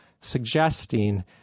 suggesting